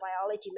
biology